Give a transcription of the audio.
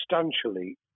substantially